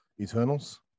Eternals